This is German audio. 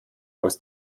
aus